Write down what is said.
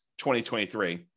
2023